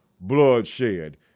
bloodshed